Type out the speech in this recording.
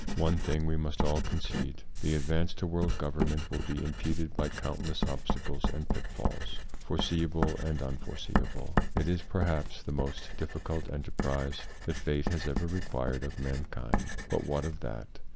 one thing we must all concede the advance to world government will be impeded by countless obstacles and pitfalls, foreseeable and unforeseeable. it is perhaps the most difficult enter prise that fate has ever required of mankind. but what of that?